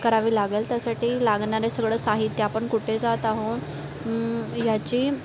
करावी लागेल त्यासाठी लागणारं सगळं साहित्य आपण कुठे जात आहोत ह्याची